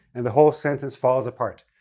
and the whole sentence falls apart.